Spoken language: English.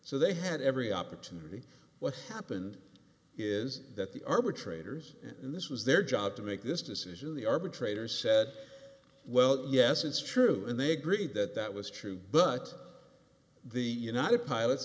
so they had every opportunity what happened is that the arbitrator's and this was their job to make this decision the arbitrators said well yes it's true and they agreed that that was true but the united pilots